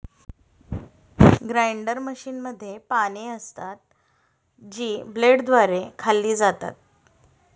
grinder मशीनमध्ये पाने असतात, जी ब्लेडद्वारे खाल्ली जातात